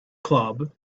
club